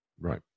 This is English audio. Right